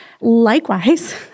likewise